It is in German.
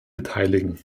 beteiligen